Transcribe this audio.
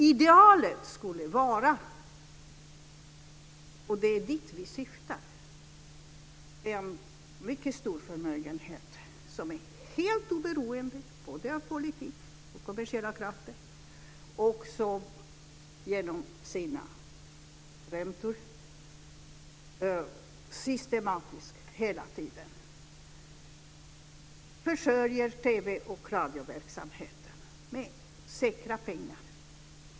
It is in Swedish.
Idealet skulle vara - det är dit vi syftar - en mycket stor förmögenhet som är helt oberoende av både politik och kommersiella krafter och som med hjälp av räntor systematiskt, hela tiden, försörjer TV och radioverksamheten med säkra pengar.